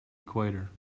equator